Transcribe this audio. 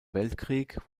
weltkrieg